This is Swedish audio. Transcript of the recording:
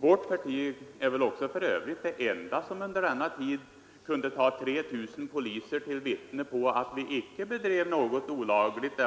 Vårt parti är för övrigt det enda som under denna tid kunde ta 3 000 poliser till vittne på att vi icke bedrev något olagligt.